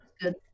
Good